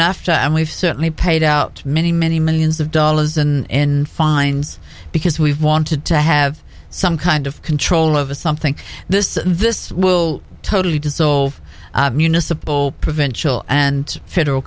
nafta and we've certainly paid out many many millions of dollars in fines because we've wanted to have some kind of control of something this this will totally dissolve municipal prevent chael and federal